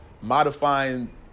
modifying